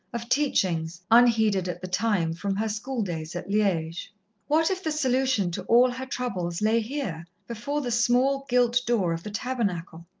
of teachings, unheeded at the time, from her schooldays at liege. what if the solution to all her troubles lay here, before the small gilt door of the tabernacle?